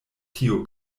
tio